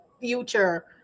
future